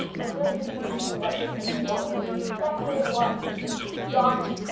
was really easy to see what was taking longer than we expected and what was done,